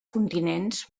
continents